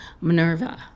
Minerva